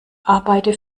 arbeite